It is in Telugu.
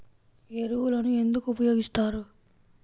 ఎరువులను ఎందుకు ఉపయోగిస్తారు?